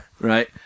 right